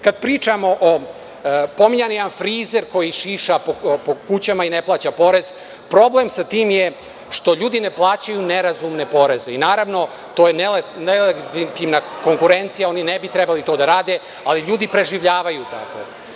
Kada pričamo, pominjan je jedan frizer koji šiša po kućama i ne plaća porez, problem sa tim je što ljudi ne plaćaju nerazumne poreze i naravno to je nelegitimna konkurencija, oni ne bi trebali to da rade, ali ljudi preživljavaju tako.